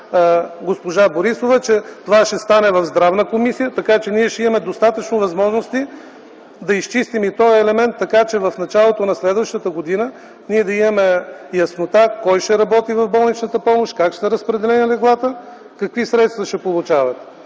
госпожа Борисова, че това ще стане в Здравна комисия, така че ние ще имаме достатъчно възможности да изчистим и този елемент, така че в началото на следващата година ние да имаме яснота кой ще работи в болничната помощ, как ще са разпределени леглата, какви средства ще получават.